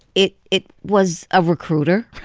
it it was a recruiter.